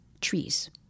trees